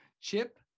Chip